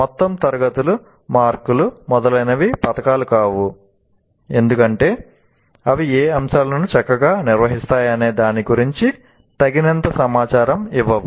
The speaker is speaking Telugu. మొత్తం తరగతులు మార్కులు మొదలైనవి పతకాలు కావు ఎందుకంటే అవి ఏ అంశాలను చక్కగా నిర్వహిస్తాయనే దాని గురించి తగినంత సమాచారం ఇవ్వవు